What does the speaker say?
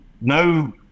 No